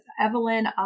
Evelyn